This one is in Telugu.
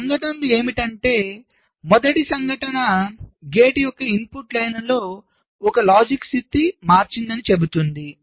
ఆ సంఘటనలు ఏమిటి అంటే మొదటి సంఘటన గేట్ యొక్క ఇన్పుట్ లైన్లలో ఒకటి దాని లాజిక్ స్థితిని మార్చిందని చెబుతుంది